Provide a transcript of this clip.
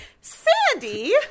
Sandy